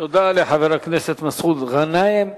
תודה לחבר הכנסת מסעוד גנאים.